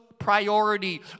Priority